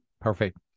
Perfect